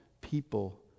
people